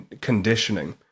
conditioning